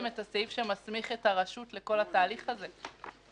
את הסעיף שמסמיך את הרשות לכל התהליך הזה.